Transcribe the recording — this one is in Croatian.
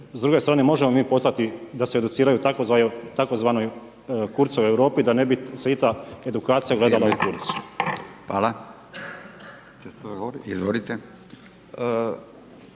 s druge strane možemo mi poslati da se educiraju u Tzv. Kurzovoj Europu, da ne bi svita edukacija gledala u Kurza. **Radin,